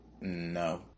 no